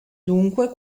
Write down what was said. dunque